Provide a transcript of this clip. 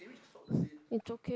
it's okay